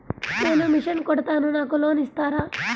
నేను మిషన్ కుడతాను నాకు లోన్ ఇస్తారా?